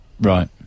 Right